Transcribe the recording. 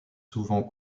souvent